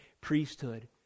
priesthood